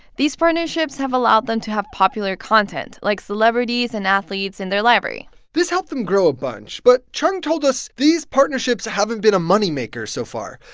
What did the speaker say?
these partnerships have allowed them to have popular content like celebrities and athletes in their library this helped them grow a bunch, but chung told us these partnerships haven't been a moneymaker so far.